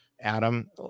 Adam